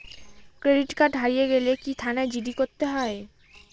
Credit card হারিয়ে গেলে কি থানায় জি.ডি করতে হয়?